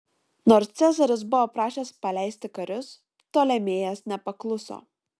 nors cezaris buvo prašęs paleisti karius ptolemėjas nepakluso